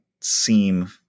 seem